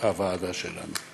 הוועדה שלנו.